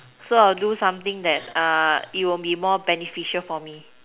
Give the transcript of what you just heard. so I will do something that it will be more beneficial for me